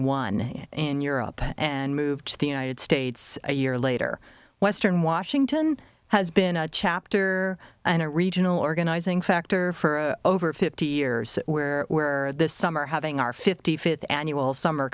one in europe and moved to the united states a year later western washington has been a chapter and a regional organizing factor for over fifty years where this summer having our fifty fifth annual summer